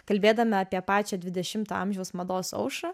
kalbėdami apie pačią dvidešimto amžiaus mados aušrą